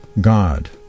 god